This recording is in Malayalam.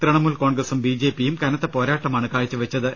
തൃണമൂൽ കോൺഗ്രസും ബി ജെ പിയും കനത്ത പോരാട്ടമാണ് കാഴ്ച വെച്ചത്